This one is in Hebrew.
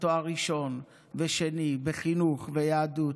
ותואר ראשון ושני בחינוך וביהדות,